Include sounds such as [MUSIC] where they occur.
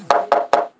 [NOISE]